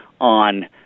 on